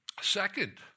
Second